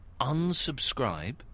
unsubscribe